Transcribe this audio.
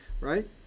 right